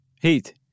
heat